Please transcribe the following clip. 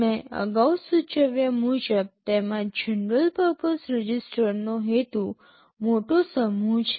મેં અગાઉ સૂચવ્યા મુજબ તેમાં જનરલ પર્પસ રજિસ્ટરનો હેતુ મોટો સમૂહ છે